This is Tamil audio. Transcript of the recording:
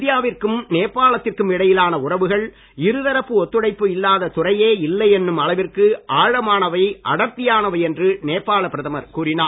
இந்தியாவிற்கும் நேபாளத்திற்கும் இடையிலான உறவுகள் இருதரப்பு ஒத்துழைப்பு இல்லாத துறையே இல்லை என்னும் அளவிற்கு ஆழமானவை அடர்த்தியானவை என்று நேபாள பிரதமர் கூறினார்